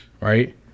right